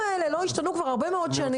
בזמן שהחוקים האלה לא השתנו הרבה מאוד שנים.